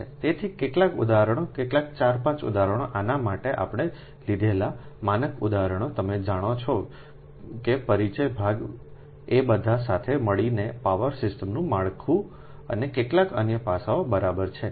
તેથી કેટલાક ઉદાહરણોકેટલાક 4 5 ઉદાહરણો આના માટે આપણે લીધેલા માનક ઉદાહરણો તમે જાણો છો કે પરિચય ભાગ એ બધાં સાથે મળીને પાવર સિસ્ટમ્સનું માળખું અને કેટલાક અન્ય પાસાઓ બરાબર છે